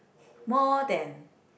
more than